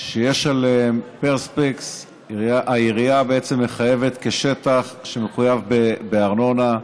שיש עליהן פרספקס העירייה מחייבת כשטח שמחויב בארנונה.